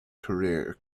career